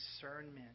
discernment